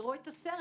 יראו את הסרט.